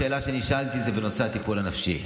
השאלה שנשאלתי הייתה בנושא הטיפול הנפשי.